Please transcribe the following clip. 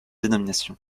dénomination